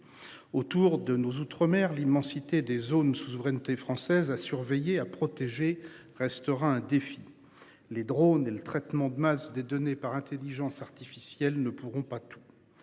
Autour de nos outre-mer l'immensité des zones sous souveraineté française à surveiller à protéger restera un défi. Les drone et le traitement de masse des données par Intelligence artificielle ne pourront pas tous.